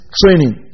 training